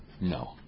No